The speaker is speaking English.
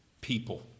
people